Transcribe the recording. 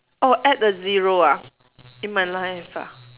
oh add a zero ah in my life ah